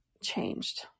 changed